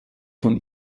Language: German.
von